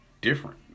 different